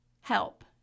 help